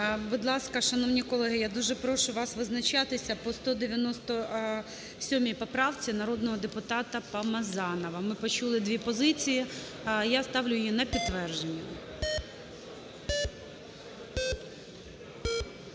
Будь ласка, шановні колеги, я дуже прошу вас визначатися по 197 поправці народного депутата Помазанова. Ми почули дві позиції, я ставлю її на підтвердження.